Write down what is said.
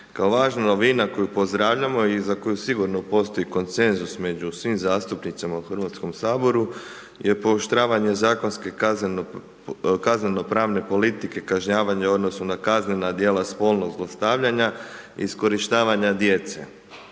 Kao važna novina koju pozdravljamo i za koju sigurno postoji konsenzus među svim zastupnicima u Hrvatskom saboru je pooštravanje zakonske kazneno-pravne politike kažnjavanja u odnosu na kaznena djela spolnog zlostavljanja i iskorištavanja djece.